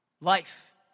Life